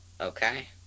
Okay